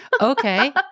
Okay